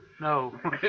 No